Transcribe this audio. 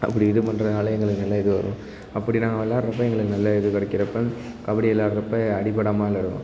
அப்படி இது பண்ணுறதுனால எங்களுக்கு நல்ல இது வரும் அப்படி நாங்கள் விளாட்றப்ப எங்களுக்கு நல்ல இது கிடைக்கிறப்ப கபடி விளாட்றப்ப அடிப்படாமல் விளையாடுவோம்